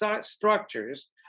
structures